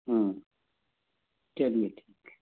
चलिए ठीक